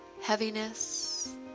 heaviness